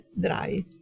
dry